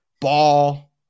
Ball